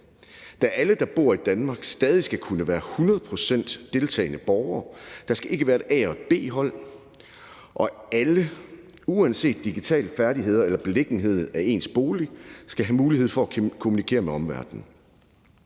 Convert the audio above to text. da alle, der bor i Danmark, stadig skal kunne være 100 pct. deltagende borgere. Der skal ikke være et A-hold og B-hold, og alle, uanset digitale færdigheder eller beliggenheden af ens bolig, skal have mulighed for at kommunikere med omverdenen.